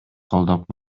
колдоп